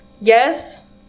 yes